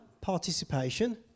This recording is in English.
participation